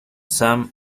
sam